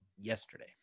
yesterday